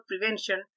prevention